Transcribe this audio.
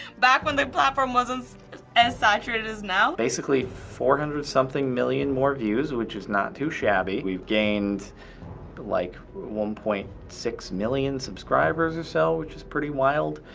back when the platform wasn't as as saturated as now. basically, four hundred something million more views, which is not too shabby. we've gained like one point six million subscribers or so, which is pretty wild.